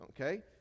okay